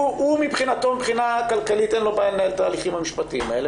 מבחינה כלכלית אין לו בעיה לנהל את ההליכים המשפטיים האלה,